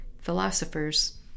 philosophers